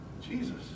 Jesus